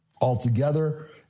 altogether